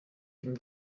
him